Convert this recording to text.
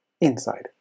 inside